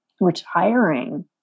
retiring